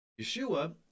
Yeshua